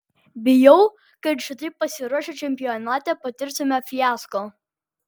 bijau kad šitaip pasiruošę čempionate patirsime fiasko